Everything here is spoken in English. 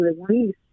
release